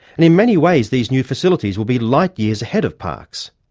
in many ways these new facilities will be light years ahead of parkes,